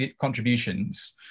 contributions